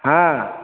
ହଁ